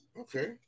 Okay